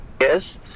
Yes